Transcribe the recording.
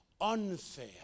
Unfair